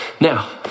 Now